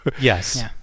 Yes